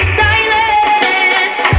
silence